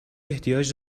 احتیاج